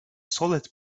solid